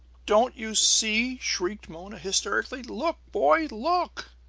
don't you see? shrieked mona hysterically. look, boy! look!